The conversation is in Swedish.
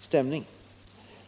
stämning.